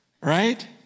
right